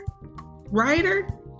writer